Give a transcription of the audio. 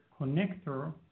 connector